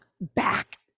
back